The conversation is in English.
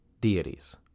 deities